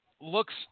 looks